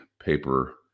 paper